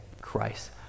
Christ